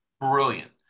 brilliant